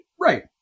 Right